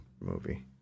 movie